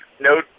no